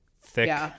thick